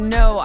no